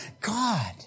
God